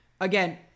Again